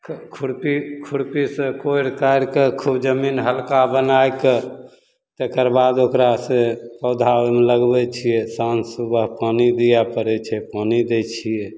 ख खुरपी खुरपीसँ कोड़ि कारि कऽ खूब जमीन हलका बनाइ कऽ तकर बाद ओकरा से पौधा लगबय छियै साँझ सुबह पानि दिय पड़य छै पानि दै छियै